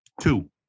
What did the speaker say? Two